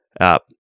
app